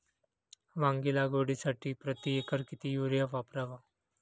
वांगी लागवडीसाठी प्रति एकर किती युरिया वापरावा?